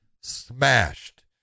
smashed